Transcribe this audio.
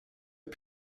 est